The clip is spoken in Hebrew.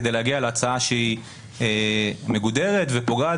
כדי להגיע להצעה שהיא מגודרת ופוגעת